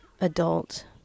adult